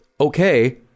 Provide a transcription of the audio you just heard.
okay